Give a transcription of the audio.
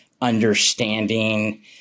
understanding